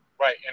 Right